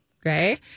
okay